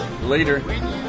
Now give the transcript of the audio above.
later